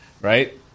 right